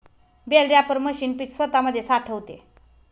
bell wrapper machine पीक स्वतामध्ये साठवते